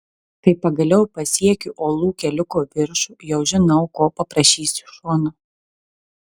kai pagaliau pasiekiu uolų keliuko viršų jau žinau ko paprašysiu šono